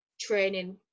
training